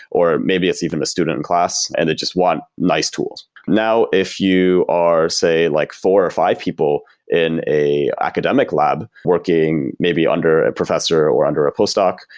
or maybe it's even a student in class and they just want nice tools now if you are say like four or five people in a academic lab working maybe under a professor, or under a postdoc,